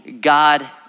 God